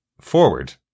forward